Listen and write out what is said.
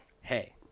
hey